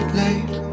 late